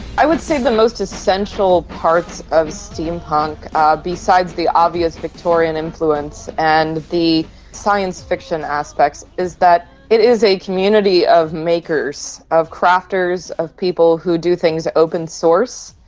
i would say the most essential part of steampunk ah besides the obvious victorian influence and the science fiction aspects is that it is a community of makers, of crafters, of people who do things open source,